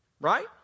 Right